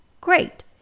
great